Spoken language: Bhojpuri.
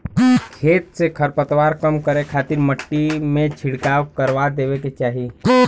खेत से खरपतवार कम करे खातिर मट्टी में छिड़काव करवा देवे के चाही